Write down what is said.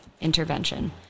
intervention